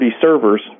servers